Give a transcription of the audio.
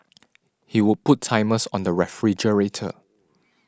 he would put timers on the refrigerator